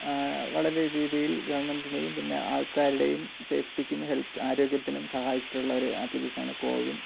വളരെ രീതിയിൽ ഗവണ്മെൻറ്റിനെയും പിന്നെ ആൾക്കാരുടെയും സേഫ്റ്റിക്കും ഹെൽത്ത് ആരോഗ്യത്തിനും സഹായിച്ചിട്ടുള്ളൊരു ആപ്ലിക്കേഷനാണ് കോവിൻ